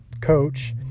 coach